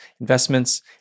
investments